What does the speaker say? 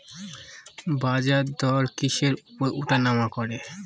বাজারদর কিসের উপর উঠানামা করে?